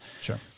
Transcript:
Sure